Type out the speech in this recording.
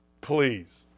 please